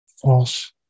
false